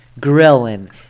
grilling